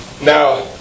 Now